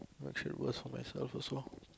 make shit worse for myself also